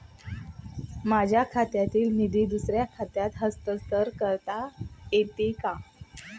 माझ्या खात्यातील निधी दुसऱ्या देशात हस्तांतर करता येते का?